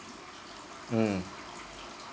mm